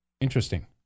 Interesting